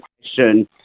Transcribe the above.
question